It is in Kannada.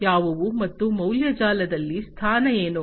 ಮತ್ತು ಮೌಲ್ಯ ಜಾಲದಲ್ಲಿ ಸ್ಥಾನ ಏನು